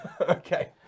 Okay